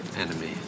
enemy